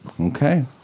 Okay